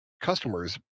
customers